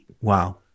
Wow